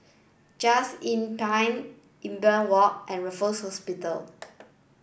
just Inn Pine Imbiah Walk and Raffles Hospital